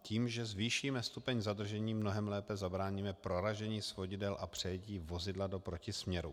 Tím, že zvýšíme stupeň zadržení, mnohem lépe zabráníme proražení svodidel a přejetí vozidla do protisměru.